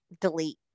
delete